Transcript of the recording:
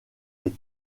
les